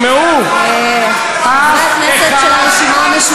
שמעו, תגיד שזה הוצאה להורג.